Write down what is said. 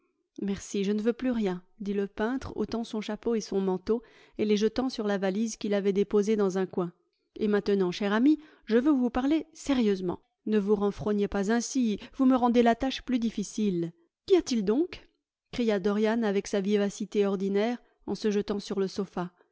merci je ne veux plus rien dit le peintre ôtant son chapeau et son manteau et les jetant sur la valise qu'il avait déposée dans un coin et maintenant cher ami je veux vous parler sérieusement ne vous renfrognez pas ainsi vous me rendez la tâche plus difficile qu'y a-t-il donc cria dorian avec sa vivacité ordinaire en se jetant sur le sofa